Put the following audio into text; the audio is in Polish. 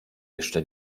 jeszcze